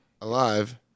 alive